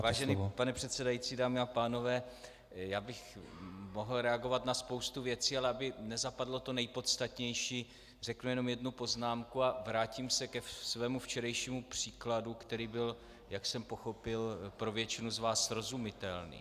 Vážený pane předsedající, dámy a pánové, já bych mohl reagovat na spoustu věcí, ale aby nezapadlo to nejpodstatnější, řeknu jenom jednu poznámku a vrátím se ke svému včerejšímu příkladu, který byl, jak jsem pochopil, pro většinu z vás srozumitelný.